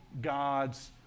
God's